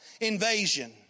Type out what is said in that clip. invasion